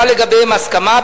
והיתה לגביהם הסכמה,